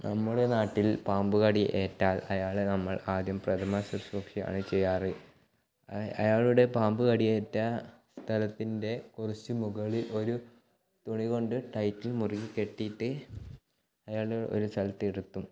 നമ്മുടെ നാട്ടിൽ പാമ്പു കടി ഏറ്റാൽ അയാളെ നമ്മൾ ആദ്യം പ്രഥമ ശുശ്രൂഷ ആണ് ചെയ്യാറ് അയാളുടെ പാമ്പു കടിയേറ്റ സ്ഥലത്തിൻ്റെ കുറച്ച് മുകളിൽ ഒരു തുണി കൊണ്ട് ടൈറ്റിൽ മുറുകെ കെട്ടീട്ട് അയാളെ ഒരു സ്ഥലത്ത് ഇരുത്തും